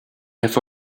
have